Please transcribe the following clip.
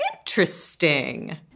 interesting